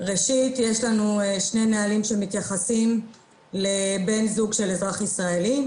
יש לנו שני נהלים שמתייחסים לבן זוג של אזרח ישראלי.